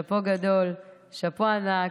שאפו גדול, שאפו ענק.